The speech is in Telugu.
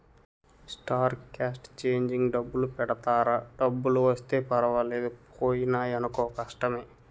స్టార్ క్యాస్ట్ చేంజింగ్ డబ్బులు పెడతారా డబ్బులు వస్తే పర్వాలేదు పోయినాయనుకో కష్టమే